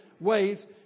ways